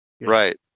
right